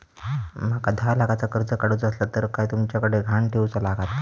माका दहा लाखाचा कर्ज काढूचा असला तर काय तुमच्याकडे ग्हाण ठेवूचा लागात काय?